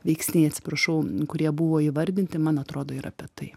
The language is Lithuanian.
veiksniai atsiprašau kurie buvo įvardinti man atrodo yra apie tai